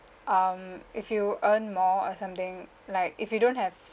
um if you earn more or something like if you don't have